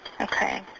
okay